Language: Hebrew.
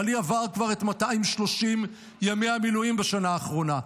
בעלי עבר כבר את 230 ימי המילואים בשנה האחרונה.